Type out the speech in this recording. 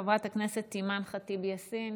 חברת הכנסת אימאן ח'טיב יאסין